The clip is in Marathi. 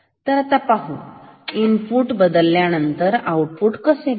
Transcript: तरआता आपण पाहू इनपुट बदलल्यानंतर आउटपुट कसे बदलते